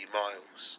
miles